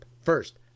first